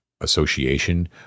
association